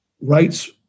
rights